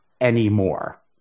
anymore